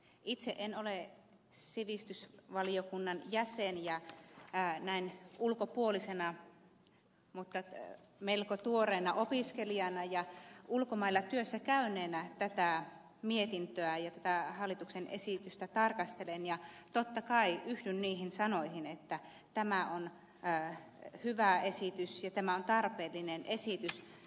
itse en ole sivistysvaliokunnan jäsen ja näin ulkopuolisena mutta melko tuoreena opiskelijana ja ulkomailla työssä käyneenä tätä mietintöä ja tätä hallituksen esitystä tarkastelen ja totta kai yhdyn niihin sanoihin että tämä on hyvä esitys ja tämä on tarpeellinen esitys